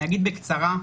בקצרה,